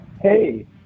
hey